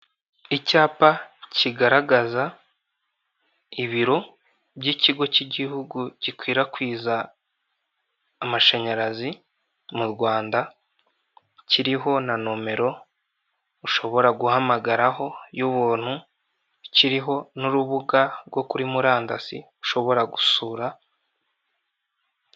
Icyapa kigaragaza ibiro by'ikigo cy'igihugu gikwirakwiza amashanyarazi mu Rwanda kiriho na nomero ushobora guhamagara ho y'ubuntu, kiriho n' urubuga rwo kuri murandasi ushobora gusura.